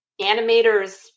animators